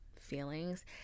feelings